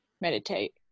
meditate